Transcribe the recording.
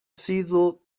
sido